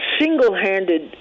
single-handed